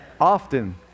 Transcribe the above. Often